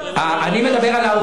אני מדבר על ההווה.